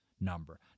number